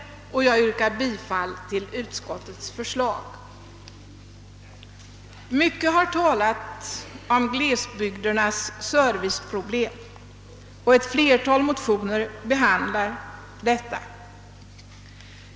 Jag yrkar bifall till utskottets hemställan. Mycket har talats om glesbygdernas serviceproblem, och ett flertal motioner behandlar detta.